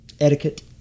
etiquette